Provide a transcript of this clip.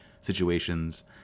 situations